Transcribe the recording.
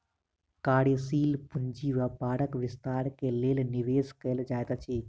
कार्यशील पूंजी व्यापारक विस्तार के लेल निवेश कयल जाइत अछि